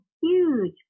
huge